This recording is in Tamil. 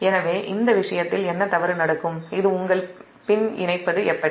எனவே இந்த விஷயத்தில் என்ன தவறு நடக்கும் இது உங்கள் பின் இணைப்பது எப்படி